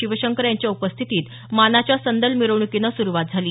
शिवशंकर यांच्या उपस्थितीत मानाच्या संदल मिरवणुकीनं सुरुवात झाली